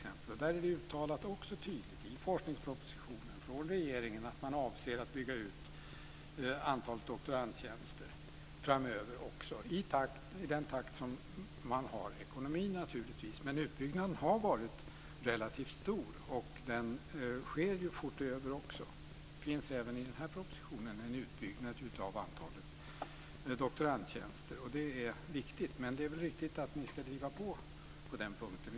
Där har man uttalat tydligt i forskningspropositionen från regeringen att man avser att bygga ut antalet doktorandtjänster framöver i den takt naturligtvis som man har ekonomin för det. Men utbyggnaden har varit relativt stor, och den sker fortöver också. Det finns även i den här propositionen en utbyggnad av antalet doktorandtjänster. Det är viktigt. Men det är riktigt att ni ska driva på på den punkten.